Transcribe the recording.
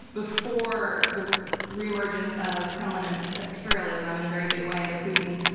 before the reemergence of kremlin and imperialism in a very big way under putin,